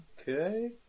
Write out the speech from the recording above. Okay